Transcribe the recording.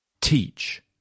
teach